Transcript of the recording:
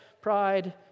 pride